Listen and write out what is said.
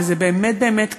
וזה באמת באמת קריטי.